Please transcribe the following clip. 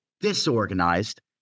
disorganized